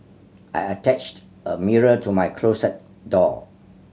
I attached a mirror to my closet door